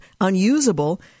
unusable